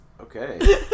Okay